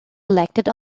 elected